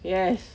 yes